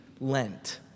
Lent